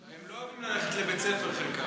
הם לא אוהבים ללכת לבית ספר, חלקם.